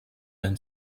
and